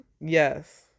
Yes